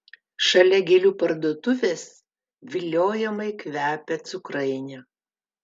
šalia gėlių parduotuvės viliojamai kvepia cukrainė